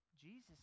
Jesus